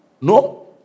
no